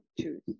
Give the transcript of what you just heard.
choose